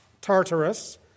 Tartarus